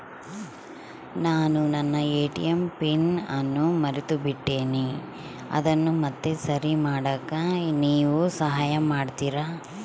ನಾನು ನನ್ನ ATM pin ಅನ್ನು ಮರೆತುಬಿಟ್ಟೇನಿ ಅದನ್ನು ಮತ್ತೆ ಸರಿ ಮಾಡಾಕ ನೇವು ಸಹಾಯ ಮಾಡ್ತಿರಾ?